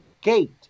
gate